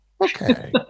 okay